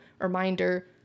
reminder